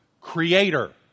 creator